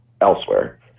elsewhere